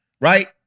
right